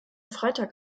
freitag